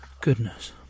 Goodness